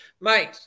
Mate